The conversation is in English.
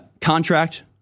contract